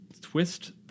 twist